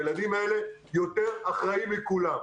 הילדים האלה יותר אחראים מכולם.